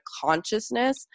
consciousness